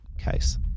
case